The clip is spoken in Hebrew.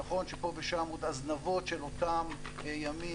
נכון שפה ושם עוד הזנבות של אותם ימים,